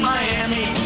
Miami